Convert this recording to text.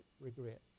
Regrets